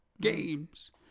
games